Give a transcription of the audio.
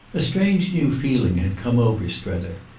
a strange new feeling had come over strether,